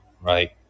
Right